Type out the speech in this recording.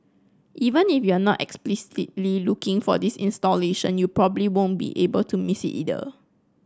even if you are not explicitly looking for this installation you probably won't be able to miss it either